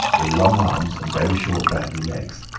with long arms and very short bandy legs.